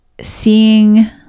seeing